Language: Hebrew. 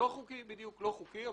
בדיוק, זה לא חוקי.